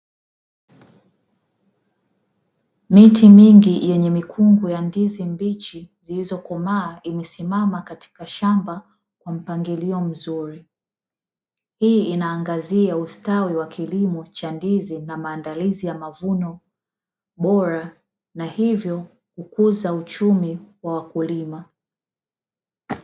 Miti mingi yenye mikungu ya ndizi mbichi zilizokomaa, imesimama katika shamba kwa mpangilio mzuri. Hii inaangazia ustawi wa kilimo cha ndizi na maandalizi ya mavuno bora, na hivyo hukuza uchumi wa wakulima.